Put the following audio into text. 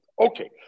Okay